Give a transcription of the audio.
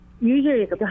usually